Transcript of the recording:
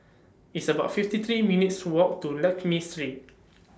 It's about fifty three minutes' Walk to Lakme Street